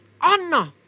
honor